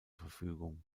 verfügung